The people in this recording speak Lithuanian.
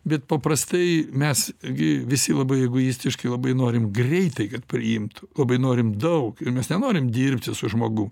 bet paprastai mes gi visi labai egoistiškai labai norim greitai kad priimtų labai norim daug ir mes nenorim dirbti su žmogum